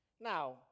Now